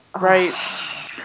right